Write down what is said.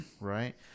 right